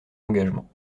engagements